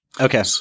Okay